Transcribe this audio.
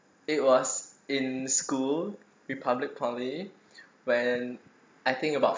it was in school republic poly when I think about